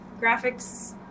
graphics